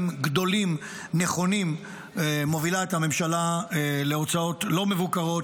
גדולים נכונים מובילה את הממשלה להוצאות לא מבוקרות,